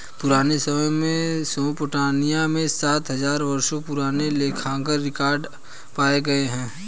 पुराने समय में मेसोपोटामिया में सात हजार वर्षों पुराने लेखांकन रिकॉर्ड पाए गए हैं